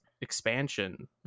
expansion